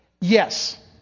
Yes